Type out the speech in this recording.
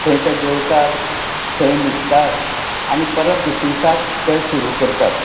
थंय ते जेवतात थंय न्हिदतात आनी परत दुसरे दिसाक ते सुरू करतात